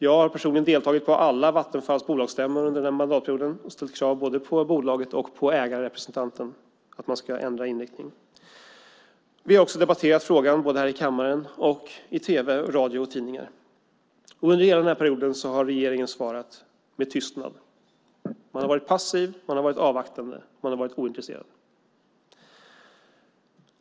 Jag har personligen deltagit på alla Vattenfalls bolagsstämmor och ställt krav både på bolaget och på ägarrepresentanten att man ska ändra inriktning. Vi har också debatterat frågan här i kammaren och i tv, radio och tidningar. Under hela perioden har regeringen svarat med tystnad. Man har varit passiv, avvaktande och ointresserad.